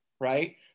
right